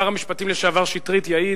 שר המשפטים לשעבר שטרית יעיד,